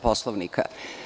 Poslovnika.